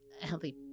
healthy